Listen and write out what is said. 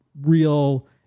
real